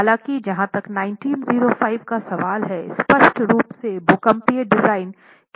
हालाँकि जहाँ तक 1905 का सवाल है स्पष्ट रूप से भूकंपीय डिजाइन के बारे में बात नहीं करता है